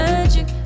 Magic